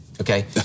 okay